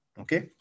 Okay